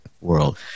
world